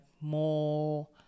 more